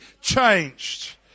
changed